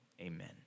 Amen